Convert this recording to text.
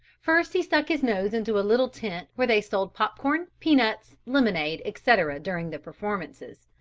first he stuck his nose into a little tent where they sold pop-corn, peanuts, lemonade etc, during the performances.